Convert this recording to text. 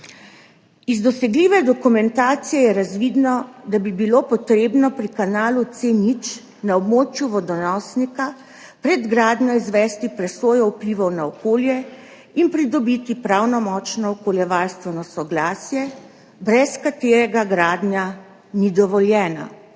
Iz dosegljive dokumentacije je razvidno, da bi bilo treba pri kanalu C0 na območju vodonosnika pred gradnjo izvesti presojo vplivov na okolje in pridobiti pravnomočno okoljevarstveno soglasje, brez katerega gradnja ni dovoljena.